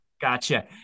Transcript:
Gotcha